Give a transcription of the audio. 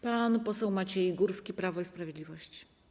Pan poseł Maciej Górski, Prawo i Sprawiedliwość.